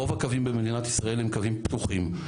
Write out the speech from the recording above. רוב הקווים במדינת ישראל הם קווים פתוחים.